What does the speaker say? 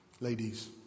ladies